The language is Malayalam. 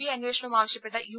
ഐ അന്വേഷണവും ആവശ്യപ്പെട്ട് യു